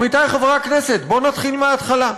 עמיתיי חברי הכנסת, בואו נתחיל מההתחלה.